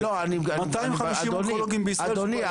250 רופאים אונקולוגים בישראל --- אדוני,